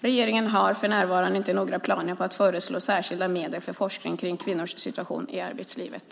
Regeringen har för närvarande inte några planer på att föreslå särskilda medel för forskning kring kvinnors situation i arbetslivet.